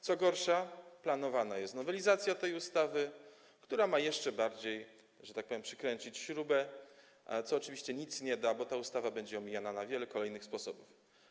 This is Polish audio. Co gorsza, planowana jest nowelizacja tej ustawy, która ma jeszcze bardziej, że tak powiem, przykręcić śrubę, co oczywiście nic nie da, bo ta ustawa będzie omijana na wiele kolejnych sposobów.